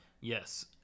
Yes